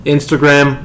Instagram